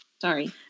Sorry